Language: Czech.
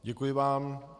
Děkuji vám.